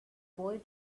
boy